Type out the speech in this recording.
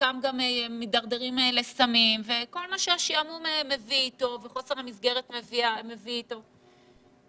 וחלקם גם מידרדרים לסמים וכל מה ששעמום וחוסר מסגרת מביאים איתם.